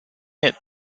hit